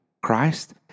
Christ